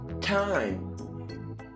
Time